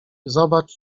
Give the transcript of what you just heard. zobacz